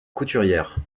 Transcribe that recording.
couturière